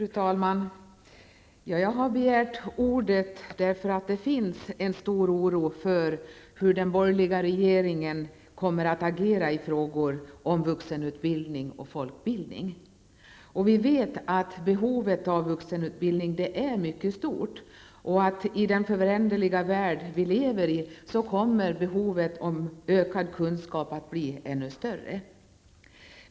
Fru talman! Jag har begärt ordet därför att det förekommer en stor oro för hur den borgerliga regeringen kommer att agera i frågor som rör vuxenutbildning och folkbildning. Vi vet att behovet av vuxenutbildning är mycket stort. I den föränderliga värld som vi lever i kommer behovet av kunskaper att bli ännu större.